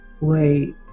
Wait